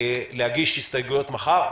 להגיש הסתייגויות מחר.